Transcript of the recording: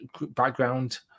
background